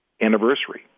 anniversary